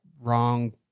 wrong